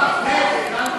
ההצעה להסיר